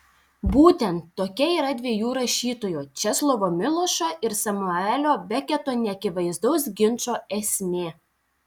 būtent tokia yra dviejų rašytojų česlovo milošo ir samuelio beketo neakivaizdaus ginčo esmė